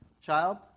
child